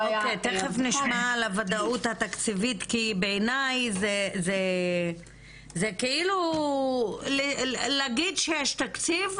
תיכף נשמע על הוודאות התקציבית כי בעיניי זה כאילו להגיד שיש תקציב,